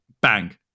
bang